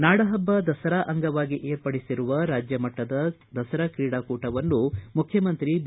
ನಾಡಹಬ್ಬ ದಸರಾ ಅಂಗವಾಗಿ ಏರ್ಪಡಿಸಿರುವ ರಾಜ್ಯಮಟ್ಟದ ದಸರಾ ತ್ರೀಡಾಕೂಟ ವನ್ನು ಮುಖ್ಯಮಂತ್ರಿ ಬಿ